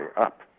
up